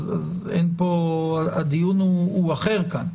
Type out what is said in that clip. אז הדיון הוא אחר כאן.